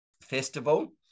Festival